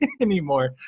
anymore